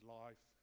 life